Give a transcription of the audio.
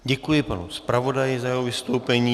Děkuji panu zpravodaji za jeho vystoupení.